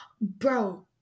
Bro